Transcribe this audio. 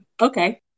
Okay